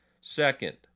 Second